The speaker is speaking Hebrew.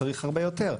צריך הרבה יותר.